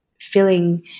feeling